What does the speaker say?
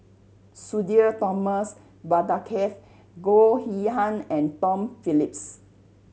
Sudhir Thomas Vadaketh Goh Yihan and Tom Phillips